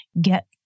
get